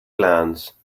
glance